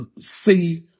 see